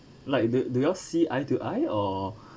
like do do you all see eye to eye or